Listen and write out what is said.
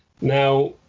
Now